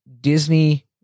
Disney